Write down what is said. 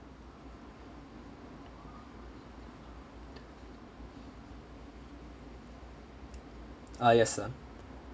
ah yes sir